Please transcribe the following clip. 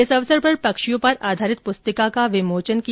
इस अवसर पर पक्षियों पर आधारित पुस्तिका का विमोचन किया गया